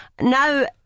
now